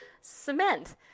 cement